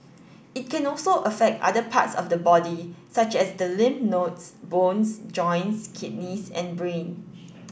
it can also affect other parts of the body such as the lymph nodes bones joints kidneys and brain